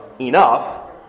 enough